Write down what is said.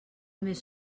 més